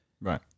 Right